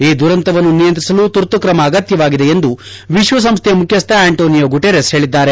ಈ ದುರಂತವನ್ನು ನಿಯಂತ್ರಿಸಲು ತುರ್ತು ಕ್ರಮ ಅಗತ್ತವಾಗಿದೆ ಎಂದು ವಿಶ್ವಸಂಸ್ವೆಯ ಮುಖ್ಯಸ್ವ ಅಂಟೋನಿಯೋ ಗುಟಿರೆಸ್ ಹೇಳಿದ್ದಾರೆ